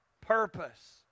purpose